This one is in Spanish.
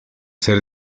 ser